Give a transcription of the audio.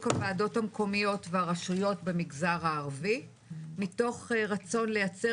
הוועדות המקומיות והרשויות במגזר הערבי מתוך רצון לייצר